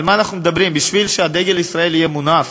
על מה אנחנו מדברים, בשביל שדגל ישראל יהיה מונף.